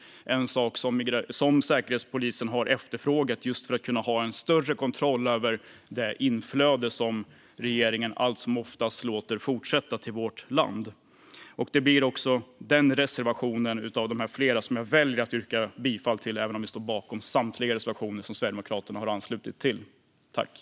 Det är en sak som Säkerhetspolisen har efterfrågat just för att kunna ha en större kontroll över det inflöde som regeringen allt som oftast låter fortsätta till vårt land. Det blir också den reservationen av flera som jag väljer att yrka bifall till, även om jag står bakom samtliga reservationer som Sverigedemokraterna har anslutit sig till.